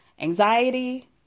Anxiety